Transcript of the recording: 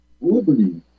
Liberty